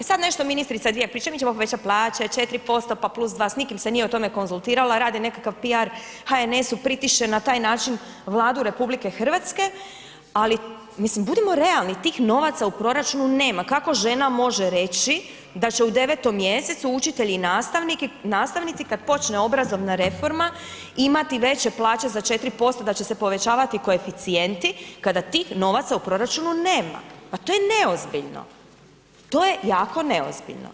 Sad nešto ministrica Divjak priča mi ćemo povećat plaće 4%, pa plus 2, s nikim se nije o tome konzultirala, rade nekakav PR HNS-u, pritišče na taj način Vladu RH, ali mislim budimo realni tih novaca u proračunu nema. kako žena može reći da će u 9. mjesecu učitelji i nastavnici kad počne obrazovna reforma imati veće plaće za 4%, da će se povećavati koeficijenti kada tih novaca u proračunu nema, pa to je neozbiljno, to je jako neozbiljno.